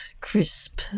crisp